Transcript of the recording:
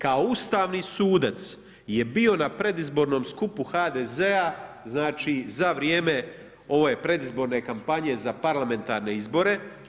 Kao ustavni sudac je bio na predizbornom skupu HDZ-a, znači za vrijeme ove predizborne kampanje za parlamentarne izbore.